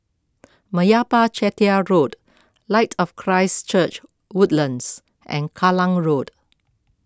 Meyappa Chettiar Road Light of Christ Church Woodlands and Kallang Road